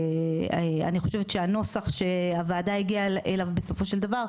אני חושבת שהנוסח שהוועדה הגיעה אליו בסופו של דבר,